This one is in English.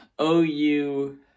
OU